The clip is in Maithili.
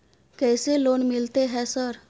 कैसे लोन मिलते है सर?